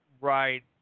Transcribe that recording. Right